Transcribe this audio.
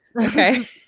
Okay